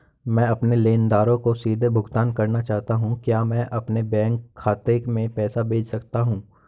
मैं अपने लेनदारों को सीधे भुगतान करना चाहता हूँ क्या मैं अपने बैंक खाते में पैसा भेज सकता हूँ?